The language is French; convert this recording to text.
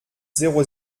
zéro